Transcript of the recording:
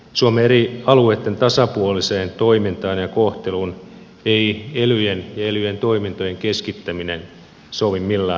suomen eri alueitten tasapuoliseen toimintaan ja kohteluun ei elyjen ja elyjen toimintojen keskittäminen sovi millään tavalla